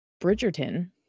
Bridgerton